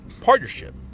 partnership